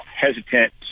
hesitant